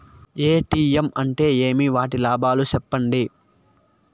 ATM అంటే ఏమి? వాటి లాభాలు సెప్పండి